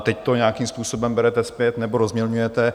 Tak teď to nějakým způsobem berete zpět nebo rozmělňujete.